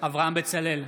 אברהם בצלאל,